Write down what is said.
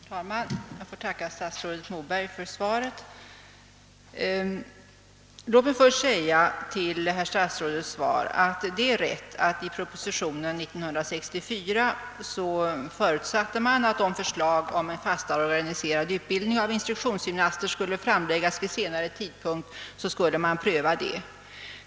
Herr talman! Jag ber att få tacka statsrådet Moberg för svaret. Det är riktigt som statsrådet säger, att det i propositionen till 1964 års riksdag förutsattes att förslag om en fastare organiserad utbildning av instruktionssjukgymnaster skulle framläggas vid senare tidpunkt, om behov därav bedömdes föreligga.